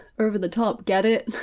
over the top, get it.